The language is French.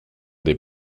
des